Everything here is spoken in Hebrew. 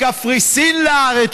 מקפריסין לארץ,